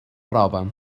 roba